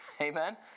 amen